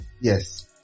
Yes